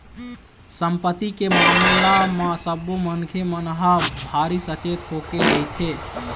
संपत्ति के मामला म सब्बो मनखे मन ह भारी सचेत होके रहिथे